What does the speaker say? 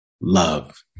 love